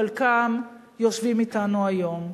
שחלקם יושבים אתנו היום.